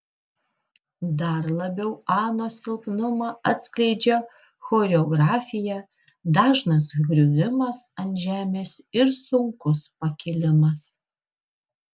dar labiau anos silpnumą atskleidžia choreografija dažnas griuvimas ant žemės ir sunkus pakilimas